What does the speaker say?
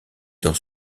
dans